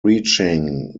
reaching